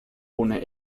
ohne